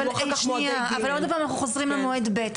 אבל שנייה, אבל עוד פעם אנחנו חוזרים למועד ב'.